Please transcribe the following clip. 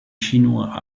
chinois